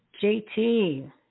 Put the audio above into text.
JT